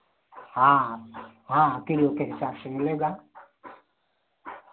हाँ हाँ किलो के हिसाब से मिलेगा